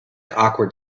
awkward